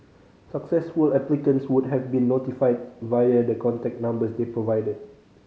successful applicants would have been notified via the contact numbers they provided